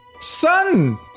Son